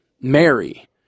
Mary